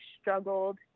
struggled